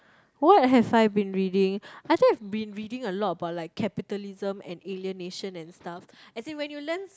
what have I been reading I think I've been reading a lot about like capitalism and alienation and stuff as in when you learns